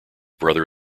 brother